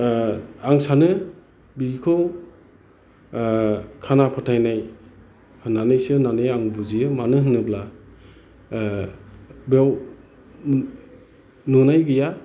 आं सानो बेखौ खाना फोथायनाय होननानैसो आं बुजियो मानो होनोब्ला बेयाव नुनाय गैया